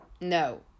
No